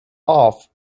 off